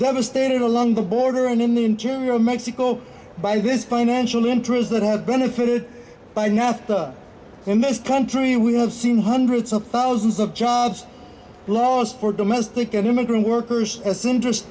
devastated along the border and in the interior of mexico by this financial interests that have benefited by nothing in this country we have seen hundreds of thousands of jobs lost for domestic and immigrant workers assume just